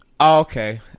Okay